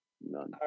None